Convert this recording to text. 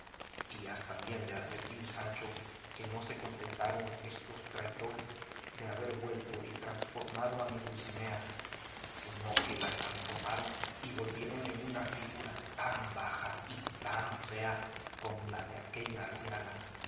y has también de advertir sancho que no se contentaron estos traidores de haber vuelto y transformado a mi dulcinea sino que la transformaron y volvieron en una figura tan baja y tan fea como la de aquella aldeana